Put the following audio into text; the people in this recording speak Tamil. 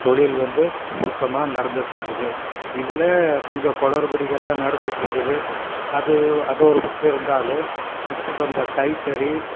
தொழில் வந்து சுத்தமாக நடந்துட்டிருக்குது இதில் கொஞ்சம் குளறுபடிகள்லாம் நடந்துட்டிருக்குது அது அது ஒரு பக்கம் இருந்தாலும் இப்போ வந்த கைத்தறி